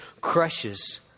crushes